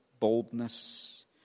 boldness